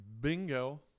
Bingo